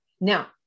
Now